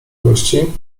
gości